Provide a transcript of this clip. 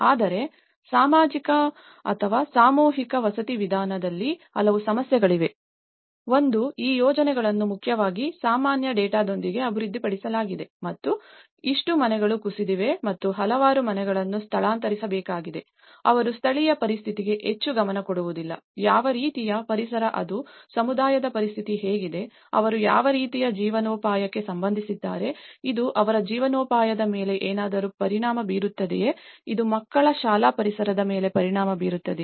ಆದರೆ ಸಾಮೂಹಿಕ ವಸತಿ ವಿಧಾನದಲ್ಲಿ ಹಲವು ಸಮಸ್ಯೆಗಳಿವೆ ಒಂದು ಈ ಯೋಜನೆಗಳನ್ನು ಮುಖ್ಯವಾಗಿ ಸಾಮಾನ್ಯ ಡೇಟಾದೊಂದಿಗೆ ಅಭಿವೃದ್ಧಿಪಡಿಸಲಾಗಿದೆ ಮತ್ತು ಇಷ್ಟು ಮನೆಗಳು ಕುಸಿದಿವೆ ಮತ್ತು ಹಲವಾರು ಮನೆಗಳನ್ನು ಸ್ಥಳಾಂತರಿಸಬೇಕಾಗಿದೆ ಅವರು ಸ್ಥಳೀಯ ಪರಿಸ್ಥಿತಿಗೆ ಹೆಚ್ಚು ಗಮನ ಕೊಡುವುದಿಲ್ಲ ಯಾವ ರೀತಿಯ ಪರಿಸರ ಅದು ಸಮುದಾಯದ ಪರಿಸ್ಥಿತಿ ಹೇಗಿದೆ ಅವರು ಯಾವ ರೀತಿಯ ಜೀವನೋಪಾಯಕ್ಕೆ ಸಂಬಂಧಿಸಿದ್ದಾರೆ ಇದು ಅವರ ಜೀವನೋಪಾಯದ ಮೇಲೆ ಏನಾದರೂ ಪರಿಣಾಮ ಬೀರುತ್ತದೆಯೇ ಇದು ಮಕ್ಕಳ ಶಾಲಾ ಪರಿಸರದ ಮೇಲೆ ಪರಿಣಾಮ ಬೀರುತ್ತದೆಯೇ